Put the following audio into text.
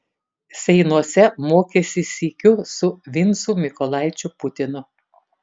seinuose mokėsi sykiu su vincu mykolaičiu putinu